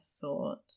thought